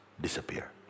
disappear